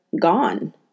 gone